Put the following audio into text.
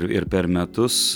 ir per metus